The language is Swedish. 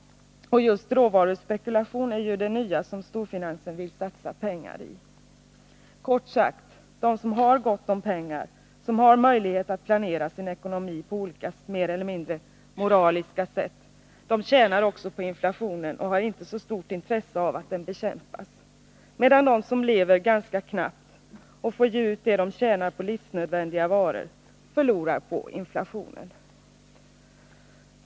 Just råvaruspekulation är ju det nya som storfinansen vill satsa pengar på. Kort sagt: De som har gott om pengar, som har möjlighet att planera sin ekonomi på olika, mer eller mindre moraliska sätt, de tjänar också på inflationen och har inte så stort intresse av att den bekämpas, medan de som lever ganska knappt och får ge ut det de tjänar på livsnödvändiga varor förlorar på inflationen.